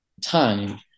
time